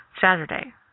Saturday